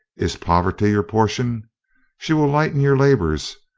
is poverty your portion she will lighten your labours,